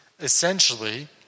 essentially